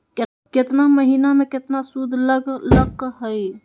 केतना महीना में कितना शुध लग लक ह?